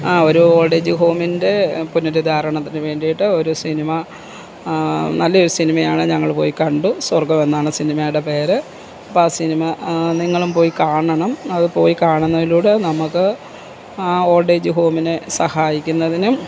ആ ഒരു ഓൾഡേജ് ഹോമിൻ്റെ പുനരുദ്ധാരണത്തിന് വേണ്ടിയിട്ട് ഒരു സിനിമ നല്ല ഒരു സിനിമയാണ് ഞങ്ങൾ പോയി കണ്ടു സ്വർഗ്ഗമെന്നാണ് സിനിമയുടെ പേര് അപ്പം ആ സിനിമ നിങ്ങളും പോയി കാണണം അത് പോയി കാണുന്നതിലൂടെ നമുക്ക് ഓൾഡേജ് ഹോമിനെ സഹായിക്കുന്നതിനും